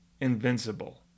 invincible